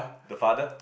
the father